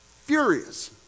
furious